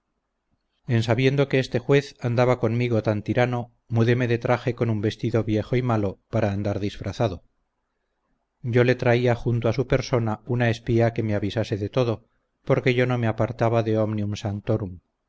en sabiendo que este juez andaba conmigo tan tirano mudéme de traje con un vestido viejo y malo para andar disfrazado yo le traía junto a su persona una espía que me avisase de todo porque yo no me apartaba de omnium sanctorum